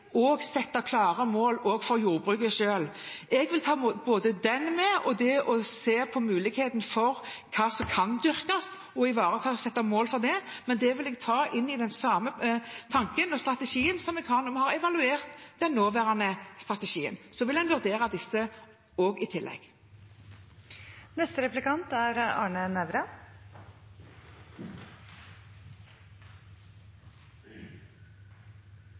og sette klare mål for jordbruket. Jeg vil ta med både dette og det å se på muligheten for hva som kan dyrkes – sette mål for det. Men det vil jeg ta inn i den samme tanken og strategien som jeg har når vi har evaluert den nåværende strategien. Så vil en i tillegg vurdere disse.